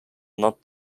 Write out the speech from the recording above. not